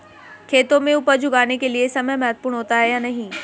खेतों में उपज उगाने के लिये समय महत्वपूर्ण होता है या नहीं?